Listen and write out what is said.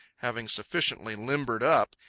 having sufficiently limbered up,